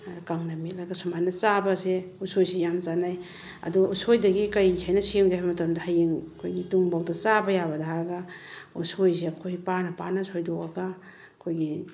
ꯀꯪꯅ ꯃꯦꯠꯂꯒ ꯁꯨꯃꯥꯏꯅ ꯆꯥꯕꯁꯦ ꯎꯁꯣꯏꯁꯤ ꯌꯥꯝ ꯆꯥꯟꯅꯩ ꯑꯗꯣ ꯎꯁꯣꯏꯗꯒꯤ ꯀꯔꯤ ꯍꯥꯏꯅ ꯁꯦꯝꯒꯦ ꯍꯥꯏꯕ ꯃꯇꯝꯗ ꯍꯌꯦꯡ ꯑꯩꯈꯣꯏꯒꯤ ꯇꯨꯡꯐꯥꯎꯗ ꯆꯥꯕ ꯌꯥꯕꯗ ꯍꯥꯏꯔꯒ ꯎꯁꯣꯏꯁꯦ ꯑꯩꯈꯣꯏ ꯄꯥꯅ ꯄꯥꯅ ꯁꯣꯏꯗꯣꯛꯑꯒ ꯑꯩꯈꯣꯏꯒꯤ